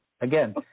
Again